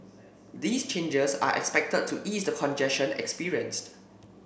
these changes are expected to ease the congestion experienced